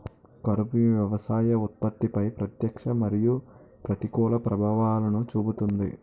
కరువు వ్యవసాయ ఉత్పత్తిపై ప్రత్యక్ష మరియు ప్రతికూల ప్రభావాలను చూపుతుంది